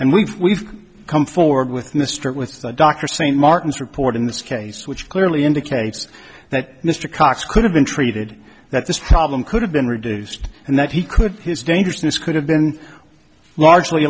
and we've we've come forward with mr with dr st martin's report in this case which clearly indicates that mr cox could have been treated that this problem could have been reduced and that he could his dangerousness could have been largely